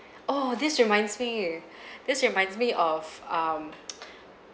oh this reminds me this reminds me of um